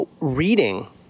reading